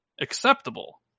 acceptable